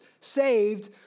saved